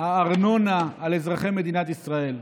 הארנונה על אזרחי מדינת ישראל.